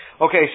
Okay